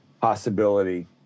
possibility